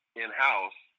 in-house